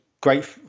great